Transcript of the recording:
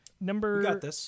Number